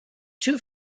two